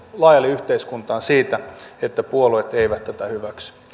laajalle yhteiskuntaan siitä että puolueet eivät tätä hyväksy